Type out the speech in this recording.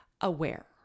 aware